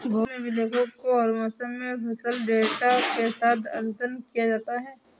भूमि अभिलेखों को हर मौसम में फसल डेटा के साथ अद्यतन किया जाता है